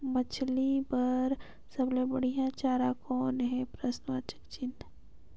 मछरी बर सबले बढ़िया चारा कौन हे?